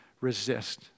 resist